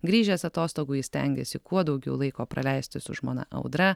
grįžęs atostogų jis stengiasi kuo daugiau laiko praleisti su žmona audra